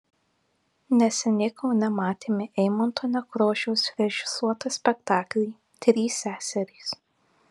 neseniai kaune matėme eimunto nekrošiaus režisuotą spektaklį trys seserys